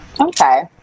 Okay